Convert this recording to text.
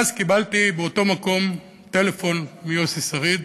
ואז באותו מקום קיבלתי טלפון מיוסי שריד,